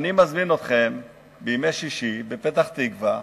אני מזמין אתכם בימי שישי לפתח-תקווה,